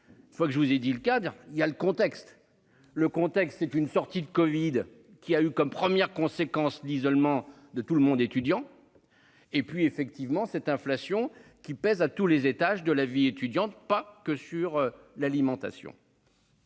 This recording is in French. Il faut que je vous ai dit le cadre il y a le contexte le contexte c'est une sortie de Covid qui a eu comme première conséquence d'isolement de tout le monde étudiant. Et puis effectivement cette inflation qui pèse à tous les étages de la vie étudiante pas que sur l'alimentation.